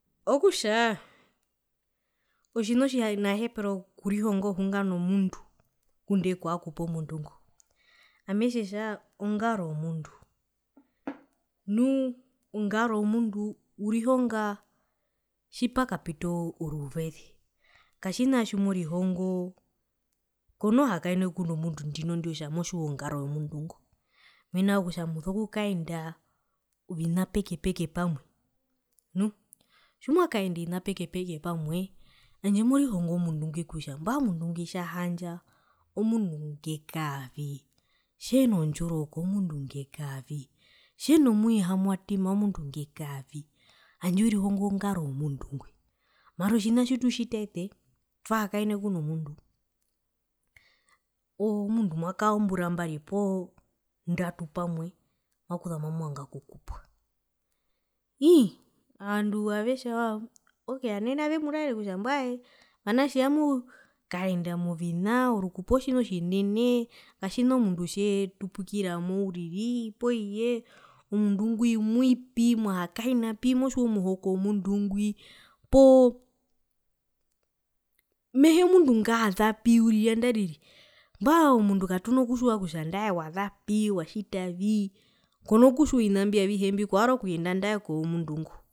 Okutja otjina otjinahepero okurihonga ohunga nomundu ngunda auha kupaomundu ngo etjetja ongaro yomundu ngo, nu ongaro yomundu urihonga tjipakapita oruveze katjina tjimorihongoo kono hakaene kweno mundu ndinondi otja motjiwa ongaro yomundu ngo mena rokutja muso kukaenda ovina peke peke pamwe nu tjimwakaenda ovina peke peke pamwe handje morihongo mundu ngwi kutja mbwae omundu ngwi tjahandja omundu ngekaavi tjeno ndjoroka omundu ngekaavii tjeni mwihamwatima omundu ngekaavii handje werihongo ongaro yomundu ngwi mara otjina tjitu tjita ete twahakaene kuno mundu omundu mwakaa zombura mbari poo ndatu pamwe maku mamuvanga okukupwa ii ovandu avetja ok ovanene avemuraere mbwae ovanatje amukaenda movinaa orukupo otjina otjinenee katjina omundu tjetupukiramo uriri pooyee omundu ngwi umwii pii mwahakaena pii motjiwa omuhoko womundu ngwi poo mehee omundu ngazapi uriri andarire mbwae omundu katuna kutjiwa kutja andae wazapi watjitavii kona kutjiwa ovina mbi avihe mbi kwarora okuyenda andae koyo mundu ngo.